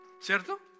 ¿Cierto